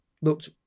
looked